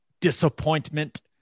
disappointment